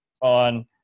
on